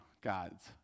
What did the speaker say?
God's